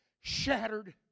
shattered